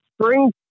spring